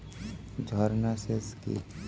ঝর্না সেচ কি?